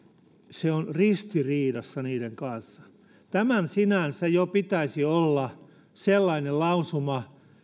se on ristiriidassa niiden kanssa tämän sinänsä jo pitäisi olla sellainen lausuma